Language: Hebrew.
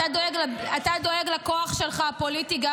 אתה דואג לכוח הפוליטי שלך,